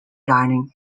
dining